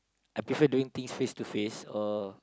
I prefer doing things face to face or